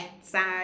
side